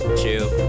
chill